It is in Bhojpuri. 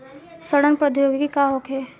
सड़न प्रधौगिकी का होखे?